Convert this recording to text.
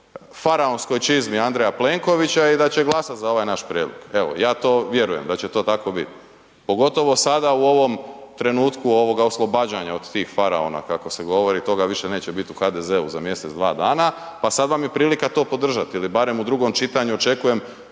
faraonskoj čizmi Andreja Plenkovića i da će glasat za ovaj naš prijedlog, evo ja to vjerujem da će to tako bit, pogotovo sada u ovom trenutku ovoga oslobađanja od tih faraona kako se govori, toga više neće bit u HDZ-u za mjesec dva dana, pa sad vam je prilika to podržat ili barem u drugom čitanju očekujem